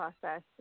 process